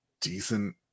decent